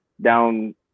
down